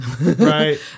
Right